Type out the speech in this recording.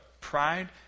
pride